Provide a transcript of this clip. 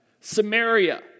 Samaria